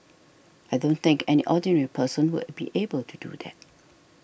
I don't think any ordinary person will be able to do that